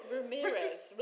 Ramirez